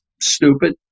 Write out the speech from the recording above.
stupid